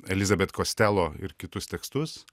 elizabet kostelo ir kitus tekstus